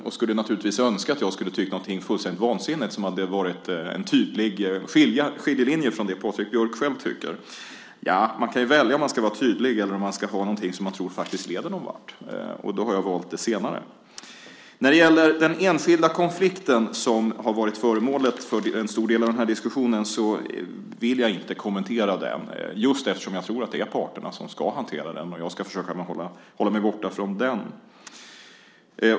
Han skulle naturligtvis önska att jag hade tyckt någonting fullständigt vansinnigt så att det hade blivit en tydlig skiljelinje mot det Patrik Björck själv tycker. Man kan ju välja om man ska vara tydlig eller om man ska säga någonting som man faktiskt tror leder någon vart, och då har jag valt det senare. När det gäller den enskilda konflikt som har varit föremål för en stor del av denna diskussion vill jag inte kommentera den, just eftersom jag tror att det är parterna som ska hantera den. Jag ska försöka hålla mig borta från den.